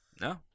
No